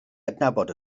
adnabod